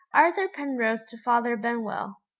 arthur penrose to father benwell.